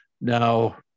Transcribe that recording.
Now